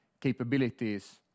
capabilities